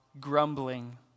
grumbling